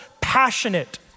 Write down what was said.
passionate